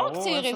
לא רק צעירים,